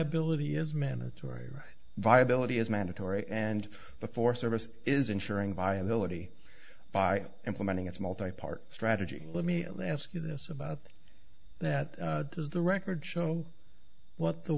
viability is mandatory viability is mandatory and the four service is ensuring viability by implementing its multipart strategy let me ask you this about that is the record show what the